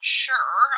sure